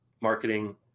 marketing